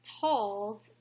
told